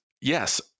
yes